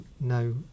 no